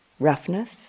Roughness